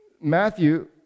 Matthew